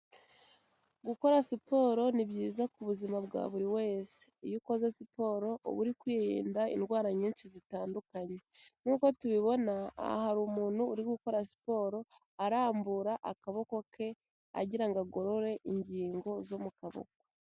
Gukora siporo ni byiza ku buzima bwa buri wese, iyo ukoze siporo, uba uri kwirinda indwara nyinshi zitandukanye, nk'uko tubibona aha hari umuntu uri gukora siporo arambura akaboko ke, kugira ngo agorore ingingo zo mu kaboko.